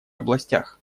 областях